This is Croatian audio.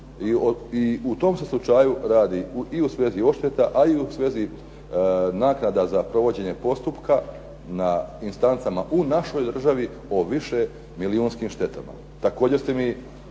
i u tom se slučaju radi i u svezi odšteta ali i u svezi naknada za provođenje postupka na instancama u našoj država o višemilijunskim štetama. Također ste mi